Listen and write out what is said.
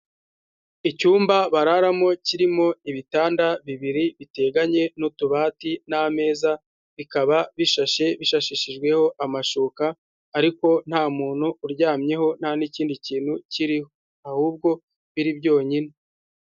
Icyumba bararamo kirimo ibitanda bibiri biteganye n'utubati n'ameza, bikaba bishashe bishashishijweho amashuka ariko ntamuntu uryamyeho nta n'ikindi kintu kiriho ahubwo biri byonyine.